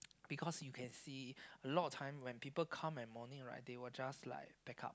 because you can see a lot of time when people come in morning right they will just back out